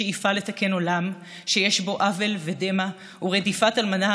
השאיפה לתקן עולם שיש בו עוול ודמע ורדיפת אלמנה